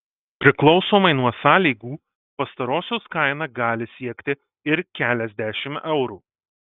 priklausomai nuo sąlygų pastarosios kaina gali siekti ir keliasdešimt eurų